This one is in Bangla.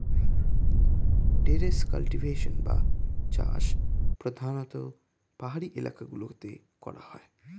টেরেস কাল্টিভেশন বা চাষ প্রধানতঃ পাহাড়ি এলাকা গুলোতে করা হয়